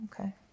Okay